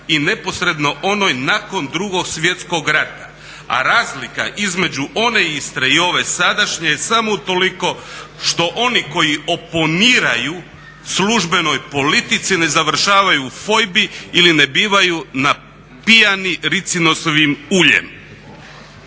i neposredno onoj nakon Drugog svjetskog rata. A razlika između one Istre i ove sadašnje je samo utoliko što oni koji oponiraju službenoj politici ne završavaju u fojbi ili ne bivaju napijani ricinusovim uljem.